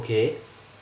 okay